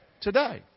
Today